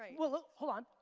like well, hold on,